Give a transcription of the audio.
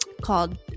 called